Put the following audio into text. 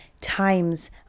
times